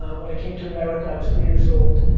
when i came to america i was three years old.